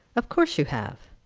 of course you have.